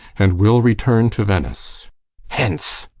and will return to venice hence,